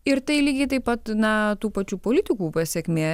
ir tai lygiai taip pat na tų pačių politikų pasekmė